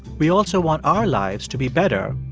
we also want our lives to be better,